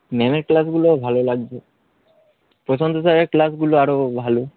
ম্যামের ক্লাসগুলোও ভালো লাগবে প্রশান্ত সারের ক্লাসগুলো আরও ভালো